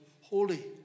holy